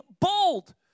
bold